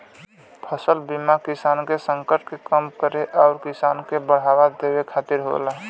फसल बीमा किसान के संकट के कम करे आउर किसान के बढ़ावा देवे खातिर होला